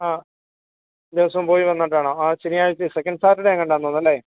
ആ ദിവസവും പോയി വന്നിട്ടാണോ ആ ശനിയാഴ്ച സെക്കൻഡ് സാറ്റർഡേ എങ്ങാണ്ട് ആണെന്ന് തോന്നുന്നു അല്ലേ